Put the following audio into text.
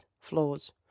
flaws